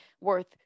worth